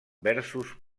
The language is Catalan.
versos